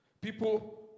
People